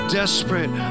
desperate